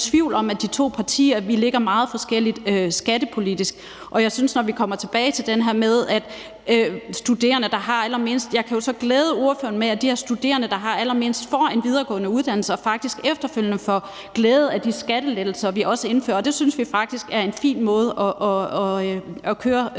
tvivl om, at vores to partier ligger meget forskelligt skattepolitisk. Og jeg synes, at når vi kommer tilbage til den her med, at det er studerende, som har allermindst, kan jeg så glæde ordføreren med at sige, at de her studerende, der har allermindst, får en videregående uddannelse og faktisk efterfølgende får glæde af de skattelettelser, vi også indfører. Det synes vi faktisk er en fin måde at køre